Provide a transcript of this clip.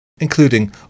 including